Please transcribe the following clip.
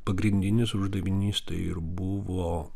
pagrindinis uždavinys tai ir buvo